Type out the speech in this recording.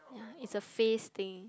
is a face thing